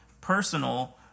personal